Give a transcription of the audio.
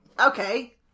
Okay